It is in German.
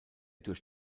durch